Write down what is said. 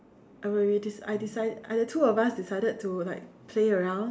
I will we dec~ I decide uh the two of us decided to like play around